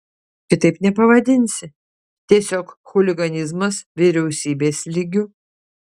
kitaip nepavadinsi tiesiog chuliganizmas vyriausybės lygiu